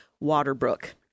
waterbrook